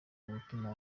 mutima